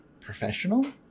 professional